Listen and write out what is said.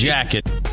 Jacket